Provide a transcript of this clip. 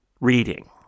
reading